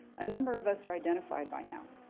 a number of us are identified by now.